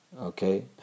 okay